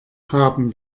haben